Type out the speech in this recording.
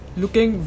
looking